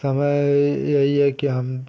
समय यही है कि हम